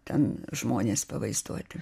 ten žmonės pavaizduoti